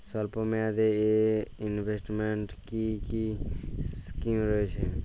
স্বল্পমেয়াদে এ ইনভেস্টমেন্ট কি কী স্কীম রয়েছে?